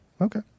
Okay